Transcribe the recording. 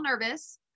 nervous